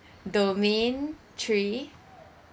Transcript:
domain three